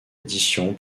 édition